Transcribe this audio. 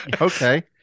okay